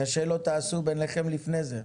את השאלות תעשו ביניכם לפני כן.